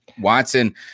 Watson